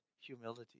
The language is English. humility